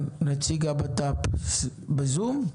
הוא בזום.